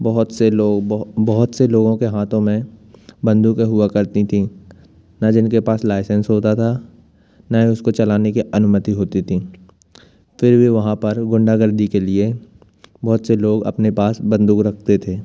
बहुत से लोग बहुत से लोगों के हाथों में बंदूकें हुआ करती थीं ना जिनके पास लाइसेंस होता था ना ही उसको चलाने की अनुमति होती थी तो ये वहाँ पर गुंडा गर्दी के लिए बहुत से लोग अपने पास बंदूक रखते थे